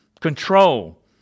control